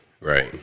Right